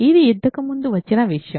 ఇది ఇంతకు ముందు వచ్చిన విషయం